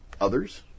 others